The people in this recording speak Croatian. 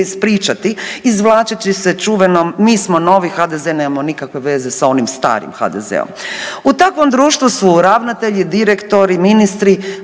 ispričati izvlačeći se čuvenom, mi smo novi HDZ nemamo nikakve veze sa onim starim HDZ-om. U takvom društvu su ravnatelji, direktori, ministri,